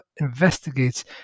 investigates